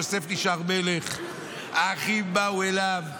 יוסף נשאר מלך, האחים באו אליו,